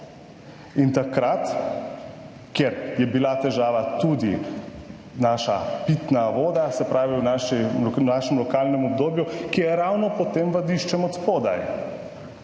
In takrat, kjer je bila težava tudi naša pitna voda, se pravi v našem, našem lokalnem obdobju, ki je ravno pod tem vadiščem od spodaj.